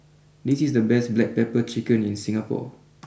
this is the best Black Pepper Chicken in Singapore